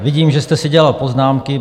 Vidím, že jste si dělal poznámky.